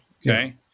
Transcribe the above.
okay